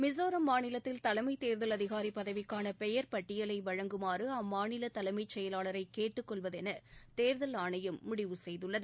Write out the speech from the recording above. மிசோர மாநிலத்தில் தலைமை தேர்தல் அதிகாரி பதவிக்கான பெயர் பட்டியலை வழங்குமாறு அம்மாநில தலைமை செயலாளரை கேட்டுக்கொள்வது என தேர்தல் ஆணையம் முடிவு செய்துள்ளது